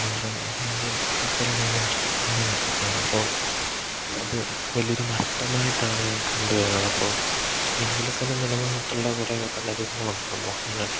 നമ്മളുടെ ഇന്ത്യൻ കൾച്ചറിൽ നിന്ന് നഷ്ടപ്പെട്ടു കൊണ്ടിരിക്കുകയാണിപ്പോൾ അത് വലിയൊരു നഷ്ടമായിട്ടാണ് ഞാൻ കണ്ടു വരുന്നതപ്പോൾ ഇന്ത്യയിൽ തന്നെ നില നിന്നിട്ടുള്ള കുറേ കലാരൂപങ്ങളുണ്ടല്ലോ മോഹിനിയാട്ടം